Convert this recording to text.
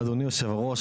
אדוני יושב הראש,